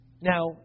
Now